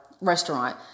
restaurant